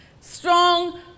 strong